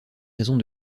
raisons